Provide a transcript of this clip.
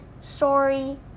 Sorry